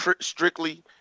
strictly